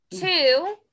two